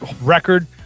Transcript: record